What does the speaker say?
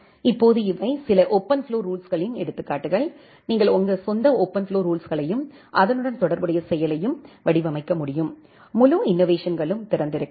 இப்போது இவை சில ஓபன்ஃப்ளோ ரூல்ஸுகளின் எடுத்துக்காட்டுகள் நீங்கள் உங்கள் சொந்த ஓப்பன்ஃப்ளோ ரூல்ஸுகளையும் அதனுடன் தொடர்புடைய செயலையும் வடிவமைக்க முடியும் முழு இன்னோவேஷன்களும் திறந்திருக்கும்